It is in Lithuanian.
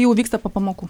jau vyksta po pamokų